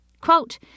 Quote